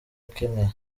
akeneye